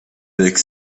avec